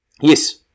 yes